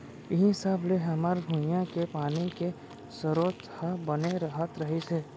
इहीं सब ले हमर भुंइया के पानी के सरोत ह बने रहत रहिस हे